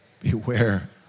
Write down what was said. Beware